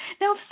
Now